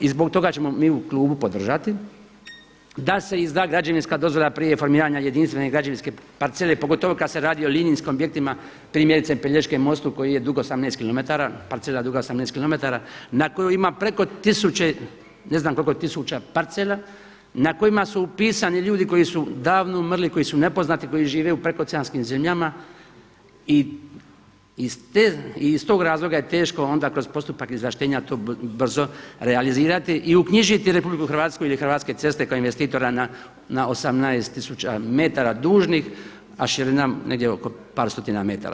I zbog toga ćemo mi u klubu podržati da se izda građevinska dozvola prije formiranja jedinstvene građevinske parcele pogotovo kada se radi o linijskim objektima primjerice Pelješkom mostu koji je dug 18km, parcela duga 18 km na koju ima preko tisuće, ne znam koliko tisuća parcela, na kojima su upisani ljudi koji su davno umrli, koji su nepoznati, koji žive u prekooceanskim zemljama i iz tog razloga je teško onda kroz postupak izvlaštenja to brzo realizirati i uknjižiti RH ili Hrvatske ceste kao investitora na 18 tisuća metara dužnih a širina negdje oko par stotina metara.